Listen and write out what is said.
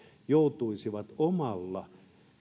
joutuisivat omalla